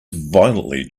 violently